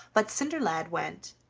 but cinderlad went,